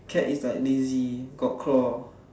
cat is like lazy got claw